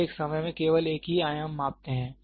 वे एक समय में केवल एक ही आयाम मापते हैं